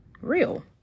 real